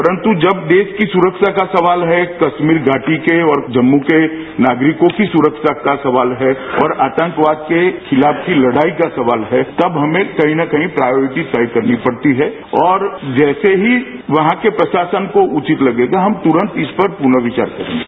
परंतु जब देश की सुरक्षा का सवाल है कश्मीर घाटी के और जम्मू के नागरिकों की सुरक्षा का सवाल है और आतंकवाद के खिलाफ की लड़ाई का सवाल है तब हमें कहीं न कही प्रायोरिटी तय करनी पड़ती है और जैसे ही वहां के प्रशासन को उचित लगेगा हम तुरंत इस पर पुनर्विचार करेंगे